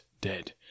dead